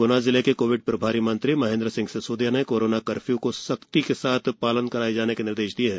ग्ना जिले के कोविड प्रभारी मंत्री महेंद्र सिंह सिसौदिया ने कोरोना कर्फ्यू का सख्ती से पालन कराए जाने के निर्देष दिए हैं